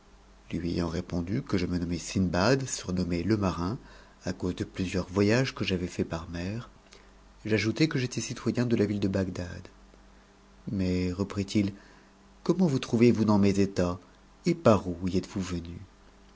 lui ayant répondu que je me nommais sindbad surnommé le marin à cause de plusieurs voyages que j'avais faits par mer j'ajoutai que j'étais citoyen de la ville de bagdad mais reprit-il comment vous trouvez-vous dans mes états et par où y êtes-vous venu